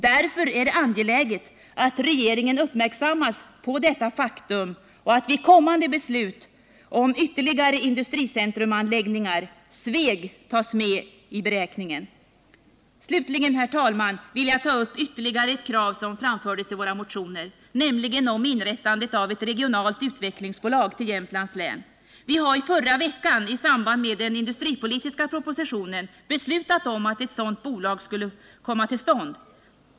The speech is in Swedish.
Därför är det angeläget att regeringen uppmärksammas på detta faktum” och att Sveg tas med i beräkningen vid kommande beslut om ytterligare industricentrumanläggningar. Slutligen, herr talman, vill jag ta upp ytterligare ett krav som framförts i våra motioner, nämligen inrättandet av ett regionalt utvecklingsbolag i Jämtlands län. Vi har i förra veckan i samband med den industripolitiska propositionen beslutat att ett sådant bolag skall komma till stånd.